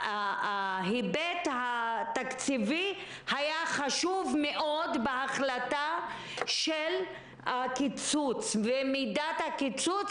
ההיבט התקציבי היה חשוב מאוד בהחלטה של הקיצוץ ומידת הקיצוץ,